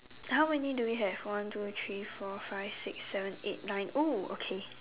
how many do we have one two three four five six seven eight nine oh okay